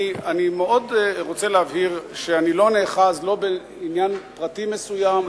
אני מאוד רוצה להבהיר שאני לא נאחז לא בעניין פרטי מסוים,